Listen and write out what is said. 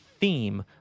theme